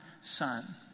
son